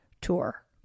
tour